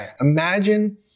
imagine